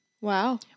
Wow